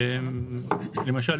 למשל,